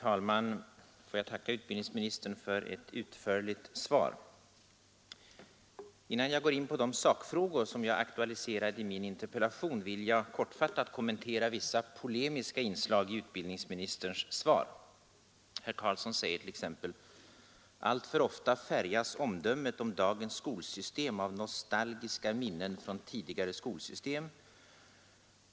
”Alltför ofta färgas omdömet om dagens skolsystem av nostalgiska minnen från tidigare skolsystem.